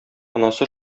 анасы